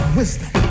wisdom